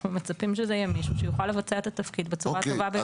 מצפים שזה יהיה מישהו שיוכל לבצע את התפקיד בצורה הטובה ביותר.